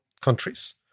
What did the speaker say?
countries